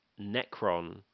necron